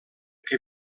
que